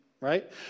right